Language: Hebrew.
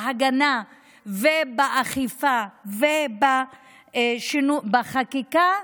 בהגנה ובאכיפה ובחקיקה,